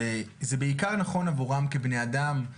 וזה בעיקר נכון עבורם כבני אדם,